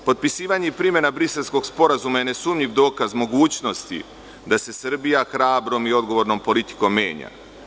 Potpisivanje i primena Briselskog sporazuma je nesumnjiv dokaz mogućnosti da se Srbija hrabrom i odgovornom politikom menja.